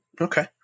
Okay